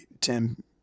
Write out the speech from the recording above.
tim